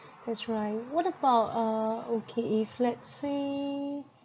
that's right what about uh okay if let's say